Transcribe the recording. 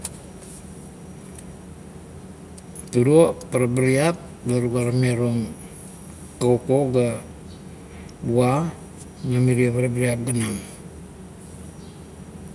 Turo parbiraip tuga tame tog koukou ga uva na mirie parabiriap ganam.